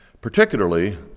particularly